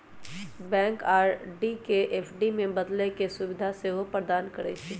bank RD के FD में बदले के सुभीधा सेहो प्रदान करइ छइ